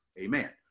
Amen